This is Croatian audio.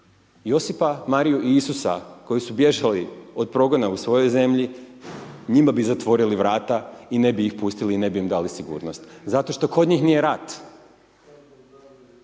Josipa, Mariju i Isusa koji su bježali od progona u svojoj zemlji, njima bi zatvorili vrata i ne bi ih pustili, ne bi im dali sigurnost zato što kod njih nije rat.